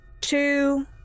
two